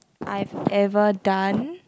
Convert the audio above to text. I've ever done